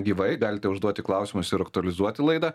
gyvai galite užduoti klausimus ir aktualizuoti laidą